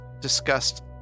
discussed